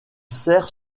sert